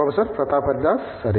professor Pratap Haridas సరే